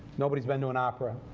nobody's been to an opera.